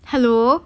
hello